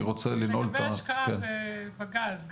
לגבי השקעה בגז,